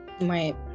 Right